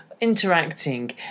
interacting